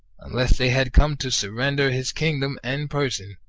unless they had come to surrender his kingdom and person,